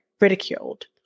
ridiculed